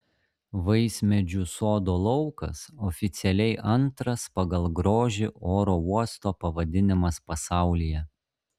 vaismedžių sodo laukas oficialiai antras pagal grožį oro uosto pavadinimas pasaulyje